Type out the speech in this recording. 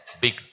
Big